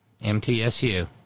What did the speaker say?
MTSU